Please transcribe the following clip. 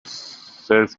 self